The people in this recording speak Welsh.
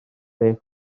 beth